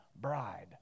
bride